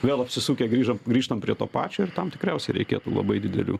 vėl apsisukę grįžom grįžtam prie to pačio ir tam tikriausia reikėtų labai didelių